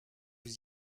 vous